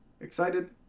Excited